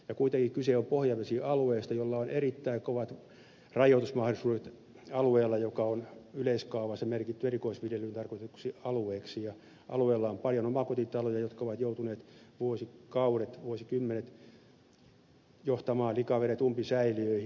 ja kuitenkin kyse on pohjavesialueesta jolla on erittäin kovat rajoitusmahdollisuudet joka on yleiskaavassa merkitty erikoisviljelyyn tarkoitetuksi alueeksi ja alueella on paljon omakotitaloja jotka ovat joutuneet vuosikaudet vuosikymmenet johtamaan likavedet umpisäiliöihin